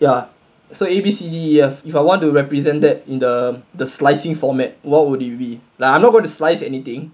ya so A B C D E F if I want to represent that in the the slicing format what would it be like I'm not going to slice anything